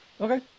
okay